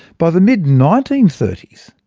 by the mid nineteen thirty s,